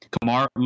Kamar